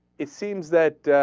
it seems that